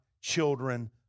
children